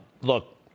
Look